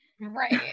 right